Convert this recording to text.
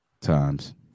times